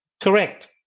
Correct